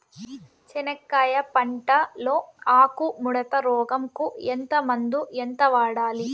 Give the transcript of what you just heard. చెనక్కాయ పంట లో ఆకు ముడత రోగం కు ఏ మందు ఎంత వాడాలి?